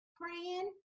praying